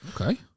Okay